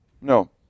No